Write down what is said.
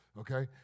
okay